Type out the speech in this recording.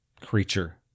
creature